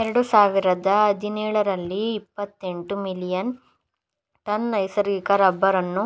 ಎರಡು ಸಾವಿರದ ಹದಿನೇಳರಲ್ಲಿ ಇಪ್ಪತೆಂಟು ಮಿಲಿಯನ್ ಟನ್ ನೈಸರ್ಗಿಕ ರಬ್ಬರನ್ನು